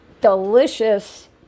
delicious